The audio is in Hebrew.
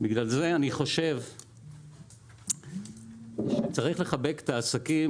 בגלל זה אני חושב שצריך לחבק את העסקים,